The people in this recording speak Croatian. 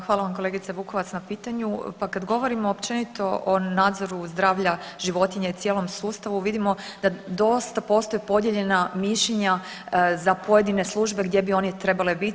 Hvala vam kolegice Vukovac na pitanju, pa kad govorimo općenito o nadzoru zdravlja životinja i cijelom sustavu vidimo da dosta postoje podijeljena mišljenja za pojedine službe gdje bi one trebale biti.